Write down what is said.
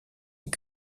est